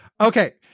Okay